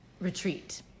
retreat